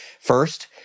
First